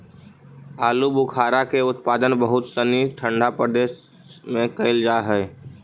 आलूबुखारा के उत्पादन बहुत सनी ठंडा प्रदेश में कैल जा हइ